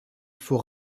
faut